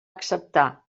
acceptar